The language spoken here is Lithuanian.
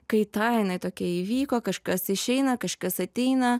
kaitą jinai tokia įvyko kažkas išeina kažkas ateina